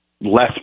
less